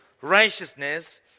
righteousness